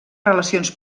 relacions